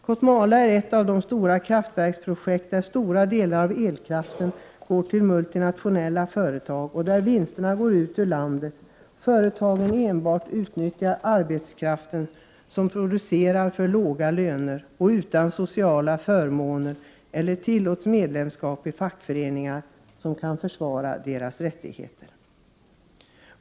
Kot Male är ett stort kraftverksprojekt där stora delar av elkraften går till multinationella företag och där vinsterna går ut ur landet. Företagen enbart utnyttjar arbetskraften, som producerar för låga löner och utan sociala förmåner, och tillåter inte medlemskap i fackföreningar som kan försvara deras rättigheter.